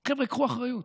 חבר'ה, קחו אחריות.